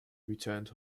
returned